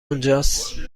اونجاست